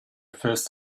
first